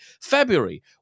February